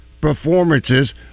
performances